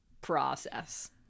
process